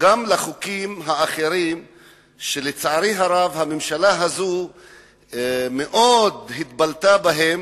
גם לחוקים האחרים שלצערי הרב הממשלה הזאת מאוד התבלטה בהם,